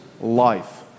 life